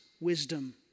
wisdom